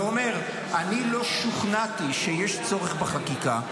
ואומר: אני לא שוכנעתי שיש צורך בחקיקה.